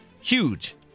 huge